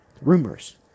rumors